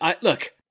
Look